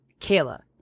Kayla